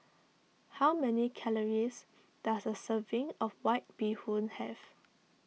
how many calories does a serving of White Bee Hoon have